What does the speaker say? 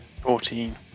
Fourteen